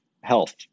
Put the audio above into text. health